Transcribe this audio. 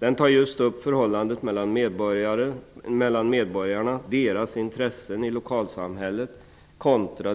Den tar just upp förhållandet mellan medborgarna, deras intressen i lokalsamhället, kontra